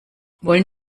wollen